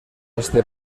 este